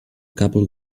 couple